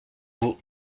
vous